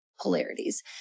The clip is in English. polarities